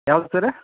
ಯಾವ್ದು ಸರ್ರ